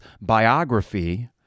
biography